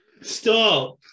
Stop